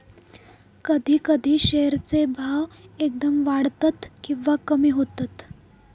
कधी कधी शेअर चे भाव एकदम वाढतत किंवा कमी होतत